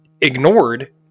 ignored